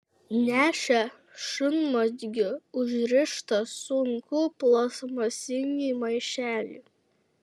nešė šunmazgiu užrištą sunkų plastmasinį maišelį